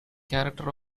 character